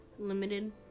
Limited